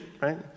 right